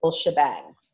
shebang